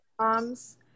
moms